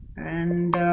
and